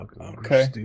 Okay